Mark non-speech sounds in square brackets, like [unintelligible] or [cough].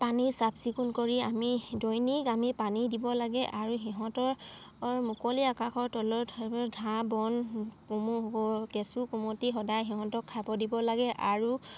পানী চাফ চিকুণ কৰি আমি দৈনিক আমি পানী দিব লাগে আৰু সিহঁতৰ মুকলি আকাশৰ তলত [unintelligible] ঘাঁহ বন [unintelligible] কেঁচু কুমটি সদায় সিহঁতক খাব দিব লাগে আৰু